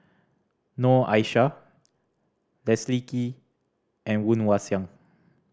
Noor Aishah Leslie Kee and Woon Wah Siang